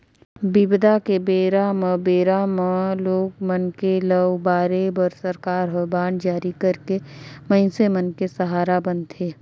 बिबदा के बेरा म बेरा म लोग मन के ल उबारे बर सरकार ह बांड जारी करके मइनसे मन के सहारा बनथे